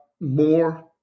more